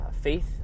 faith